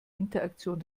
interaktion